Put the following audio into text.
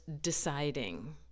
deciding